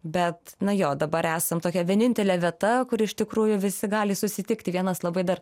bet na jo dabar esam tokia vienintelė vieta kur iš tikrųjų visi gali susitikti vienas labai dar